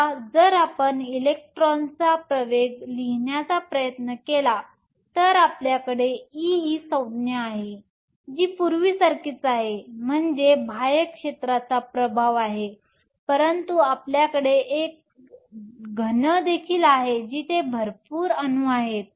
आता जर आपण इलेक्ट्रॉनचा प्रवेग लिहिण्याचा प्रयत्न केला तर आपल्याकडे E ही संज्ञा आहे जी पूर्वीसारखीच आहे म्हणजे बाह्य क्षेत्राचा प्रभाव आहे परंतु आपल्याकडे एक घन देखील आहे जिथे भरपूर अणू आहेत